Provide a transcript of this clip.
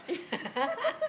yeah